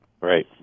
Right